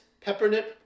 Peppermint